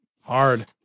hard